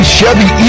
Chevy